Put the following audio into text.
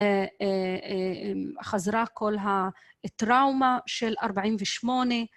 חזרה כל הטראומה של 48.